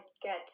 get